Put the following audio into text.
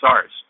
SARS